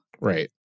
Right